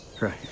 Right